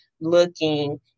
looking